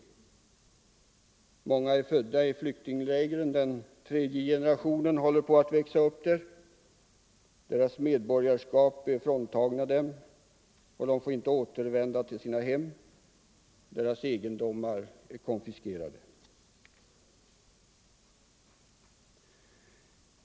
Många är födda i flyktinglägren, den tredje generationen håller på att växa upp där. Deras medborgarskap är fråntagna dem och de får inte återvända till sina hem. Deras egendomar är konfiskerade.